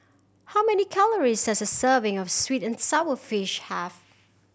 how many calories does a serving of sweet and sour fish have